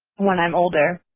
when i'm older.